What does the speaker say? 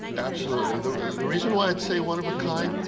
absolutely. the the reason why i'd say one of a kind,